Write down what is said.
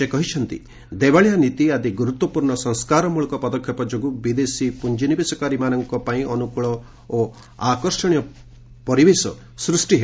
ସେ କହିଛନ୍ତି ଦେବାଳିଆ ନୀତି ଆଦି ଗୁରୁତ୍ୱପୂର୍ଣ୍ଣ ସଂସ୍କାରମଳକ ପଦକ୍ଷେପ ଯୋଗୁଁ ବିଦେଶୀ ପୁଞ୍ଜିନିବେଶକାରୀମାନଙ୍କ ପାଇଁ ଅନୁକୂଳ ଓ ଆକର୍ଷଣୀୟ ପରିବେଶ ସୃଷ୍ଟି ହେବ